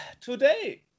today